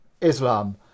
Islam